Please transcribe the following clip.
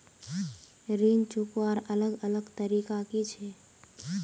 ऋण चुकवार अलग अलग तरीका कि छे?